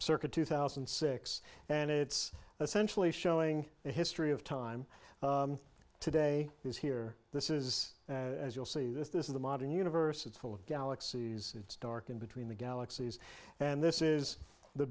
circa two thousand and six and it's essentially showing the history of time today is here this is as you'll see this this is the modern universe it's full of galaxies it's dark in between the galaxies and this is the